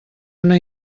una